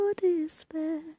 despair